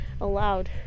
allowed